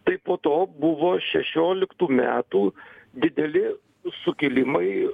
tai po to buvo šešioliktų metų dideli sukilimai